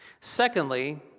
Secondly